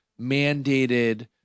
mandated